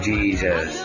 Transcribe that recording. Jesus